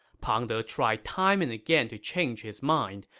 pang de tried time and again to change his mind,